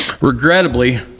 Regrettably